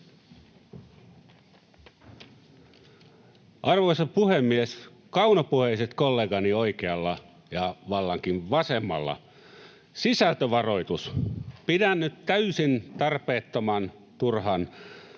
Arvoisa puhemies! Kaunopuheiset kollegani oikealla ja vallankin vasemmalla: sisältövaroitus. Pidän nyt täysin tarpeettoman, turhan